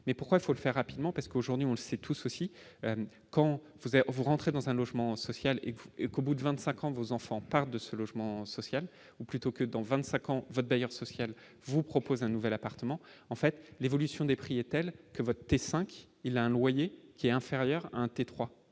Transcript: mais pourquoi il faut le faire rapidement, parce qu'aujourd'hui, on le sait tous, aussi, quand vous avez, vous rentrez dans un logement social, faut qu'au bout de 25 ans, vos enfants partent de ce logement social ou plutôt que dans 25 ans votre bailleur social vous propose un nouvel appartement en fait l'évolution des prix est telle que votée 5, il a un loyer qui est inférieur à un T3